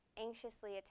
anxiously